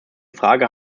frage